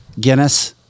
guinness